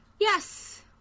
Yes